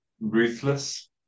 ruthless